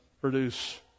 produce